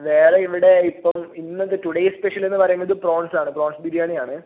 വേറെ ഇവിടെ ഇപ്പം ഇന്നിത് ടുഡേയ്സ് സ്പെഷ്യൽ എന്ന് പറയുന്നത് പ്രോൺസാണ് പ്രോൺസ് ബിരിയാണിയാണ്